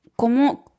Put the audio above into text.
¿Cómo